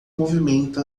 movimento